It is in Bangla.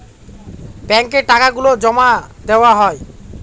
ব্যাঙ্কে টাকা গুলো জমা দেওয়া হয়